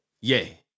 Yay